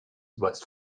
was